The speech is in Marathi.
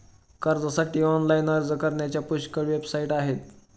कर्जासाठी ऑनलाइन अर्ज करण्याच्या पुष्कळ वेबसाइट आहेत